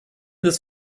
des